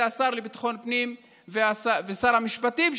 זה השר לביטחון הפנים ושר המשפטים,